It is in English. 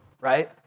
right